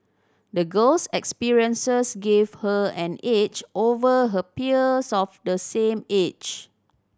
the girl's experiences gave her an edge over her peers of the same age